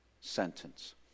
sentence